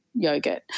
Yogurt